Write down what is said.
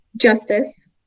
justice